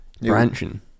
branching